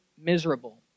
miserable